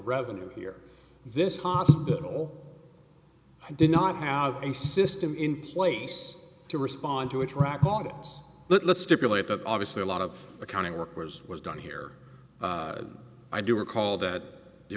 revenue here this hospital i did not have a system in place to respond to attract maugham's let's stipulate that obviously a lot of accounting work was was done here i do recall that